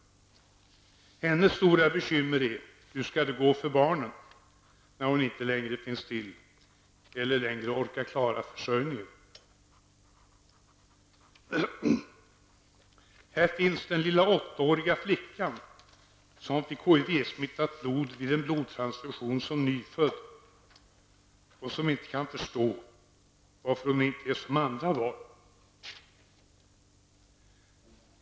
Hennes stora bekymmer är hur det skall gå för barnen, när hon inte längre finns till eller längre orkar klara försörjningen. Här finns den lilla åttaåriga flickan, som fick HIV smittat blod vid en blodtransfusion som nyfödd och som inte kan förstå varför hon är som andra barn.